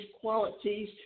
qualities